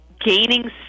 gaining